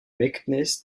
meknès